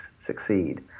succeed